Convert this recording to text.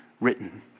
written